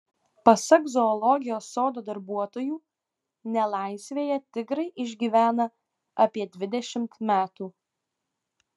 pasak zoologijos sodo darbuotojų nelaisvėje tigrai išgyvena apie dvidešimt metų